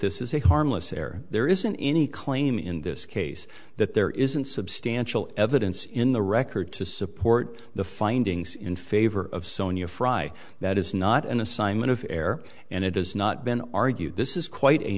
this is a harmless error there isn't any claim in this case that there isn't substantial evidence in the record to support the findings in favor of sonia frye that is not an assignment of air and it has not been argued this is quite a